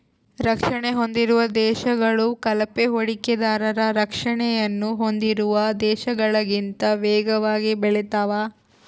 ರಕ್ಷಣೆ ಹೊಂದಿರುವ ದೇಶಗಳು ಕಳಪೆ ಹೂಡಿಕೆದಾರರ ರಕ್ಷಣೆಯನ್ನು ಹೊಂದಿರುವ ದೇಶಗಳಿಗಿಂತ ವೇಗವಾಗಿ ಬೆಳೆತಾವೆ